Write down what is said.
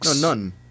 none